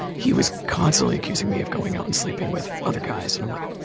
he was constantly accusing me of going out and sleeping with other guys and i'm like,